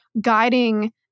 guiding